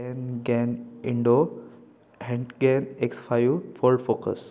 N gan endo hand gear X five ford focus